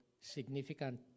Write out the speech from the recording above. significant